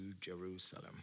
Jerusalem